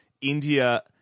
India